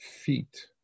feet